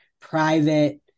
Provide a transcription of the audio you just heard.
private